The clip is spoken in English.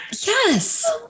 Yes